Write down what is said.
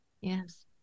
Yes